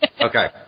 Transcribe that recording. Okay